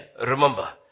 Remember